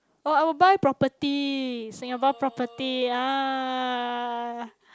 oh I will buy property Singapore property ah